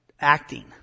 acting